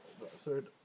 Third